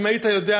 אם היית יודע,